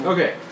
Okay